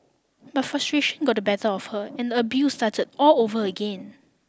but frustration got the better of her and the abuse start all over again